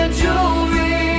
jewelry